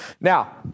Now